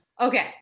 Okay